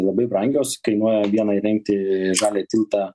labai brangios kainuoja vieną įrengti žalią tinką